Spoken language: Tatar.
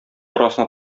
арасына